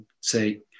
say